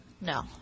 No